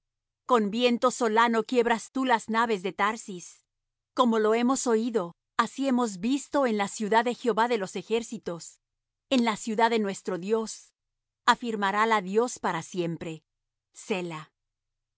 con viento solano quiebras tú las naves de tharsis como lo oímos así hemos visto en la ciudad de jehová de los ejércitos en la ciudad de nuestro dios afirmarála dios para siempre